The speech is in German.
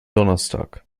donnerstag